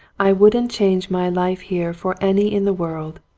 i wouldn't change my life here for any in the world.